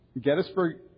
Gettysburg